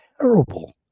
terrible